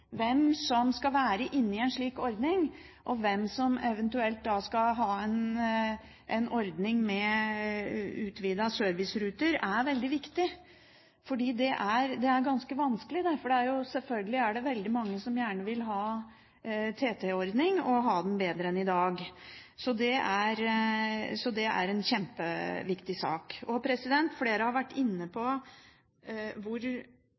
hvem som skal være inne i en slik ordning, og hvem som eventuelt skal ha en ordning med utvidet servicerute, er veldig viktig. Det er ganske vanskelig, for selvfølgelig er det veldig mange som gjerne vil ha en TT-ordning og ha den bedre enn i dag. Det er en kjempeviktig sak. Flere har vært inne på hvor